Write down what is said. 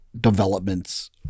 developments